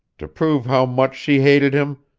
to prove how much she hated him,